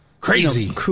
crazy